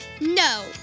No